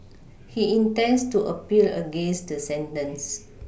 he intends to appeal against the sentence